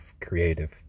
creative